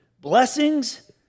blessings